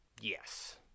Yes